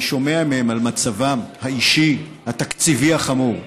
אני שומע מהם על מצבם האישי, התקציבי, החמור.